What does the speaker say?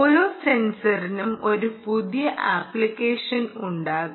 ഓരോ സെൻസറിനും ഒരു പുതിയ ആപ്ലിക്കേഷൻ ഉണ്ടാകും